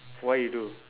what you do